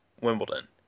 Wimbledon